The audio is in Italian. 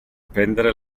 prendere